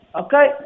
Okay